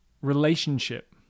relationship